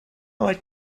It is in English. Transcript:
like